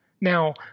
Now